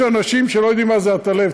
יש אנשים שלא יודעים מה זה עטלף,